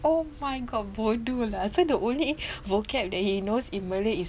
oh my god bodoh lah so the only vocab that he knows in Malay is